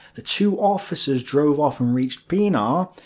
the two officers drove off and reached pienaar,